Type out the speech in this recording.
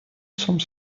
some